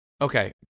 Okay